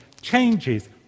changes